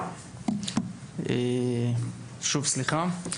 שוב סליחה,